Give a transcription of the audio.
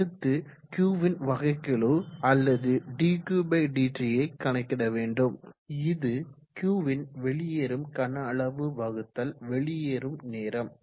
அடுத்து Q ன் வகைக்கெழு அல்லது dQdt கணக்கிட வேண்டும் இது Q ன் வெளியேறும் கன அளவு வகுத்தல் வெளியேறும் நேரம்